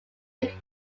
took